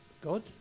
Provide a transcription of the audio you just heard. God